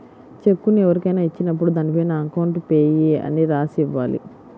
చెక్కును ఎవరికైనా ఇచ్చినప్పుడు దానిపైన అకౌంట్ పేయీ అని రాసి ఇవ్వాలి